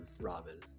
robin